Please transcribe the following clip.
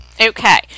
Okay